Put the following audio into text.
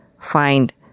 find